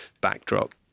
backdrop